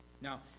Now